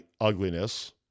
ugliness